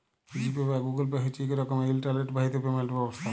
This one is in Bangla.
জি পে বা গুগুল পে হছে ইক রকমের ইলটারলেট বাহিত পেমেল্ট ব্যবস্থা